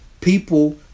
people